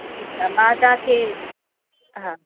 ठीकु आहे मां तव्हांखे हा